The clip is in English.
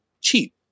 cheap